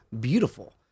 beautiful